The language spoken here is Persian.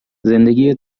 زندگی